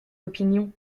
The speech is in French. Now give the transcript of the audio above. opinions